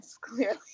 clearly